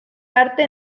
arte